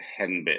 Henbit